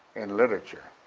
in literature.